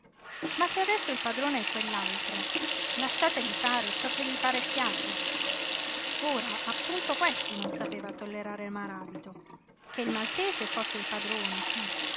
ma se adesso il padrone è quell'altro lasciategli fare ciò che gli pare e piace ora appunto questo non sapeva tollerare maràbito che il maltese fosse il padrone sí